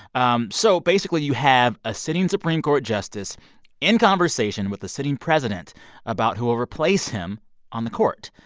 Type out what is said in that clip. um so basically, you have a sitting supreme court justice in conversation with a sitting president about who will replace him on the court.